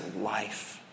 life